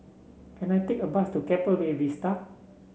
can I take a bus to Keppel Bay Vista